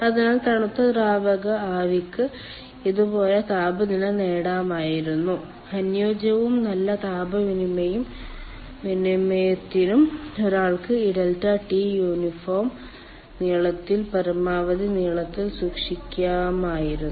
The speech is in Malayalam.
അതിനാൽ തണുത്ത ദ്രാവക ആവിക്ക് ഇതുപോലെ താപനില നേടാമായിരുന്നു അനുയോജ്യവും നല്ല താപ വിനിമയത്തിനും ഒരാൾക്ക് ഈ ∆T യൂണിഫോം നീളത്തിൽ പരമാവധി നീളത്തിൽ സൂക്ഷിക്കാമായിരുന്നു